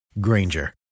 Granger